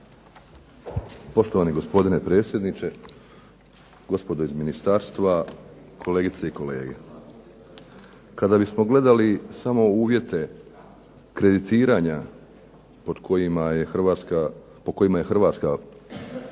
Poštovani gospodine predsjedniče, gospodo iz ministarstva, kolegice i kolege Kada bismo gledali samo uvjete kreditiranja po kojima je Hrvatska